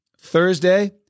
Thursday